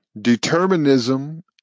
determinism